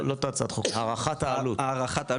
לא את הצעת החוק, הערכת העלות בערך.